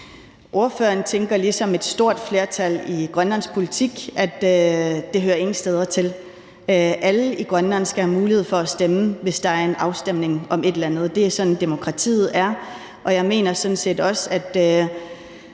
Ordføreren tænker ligesom et stort flertal i grønlandsk politik, at det ingen steder hører hjemme. Alle i Grønland skal have mulighed for at stemme, hvis der er en afstemning om et eller andet. Det er sådan, demokratiet er, og jeg mener sådan set også, at